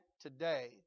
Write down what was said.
today